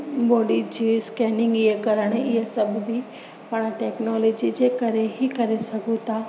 body जे scanning इहे करण इहे सभु बि पाणि टेक्नोलोजी जे करे ई करे सघूं था